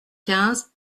quinze